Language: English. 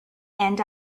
and